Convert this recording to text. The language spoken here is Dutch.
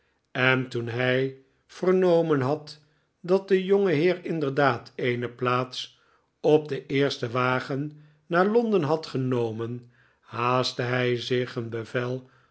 en toen hij vernomen had dat de jonge heer inderdaad eene plaats op den eersten wagennaar londen had genomen haastte hij zich een bevel